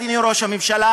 אדוני ראש הממשלה,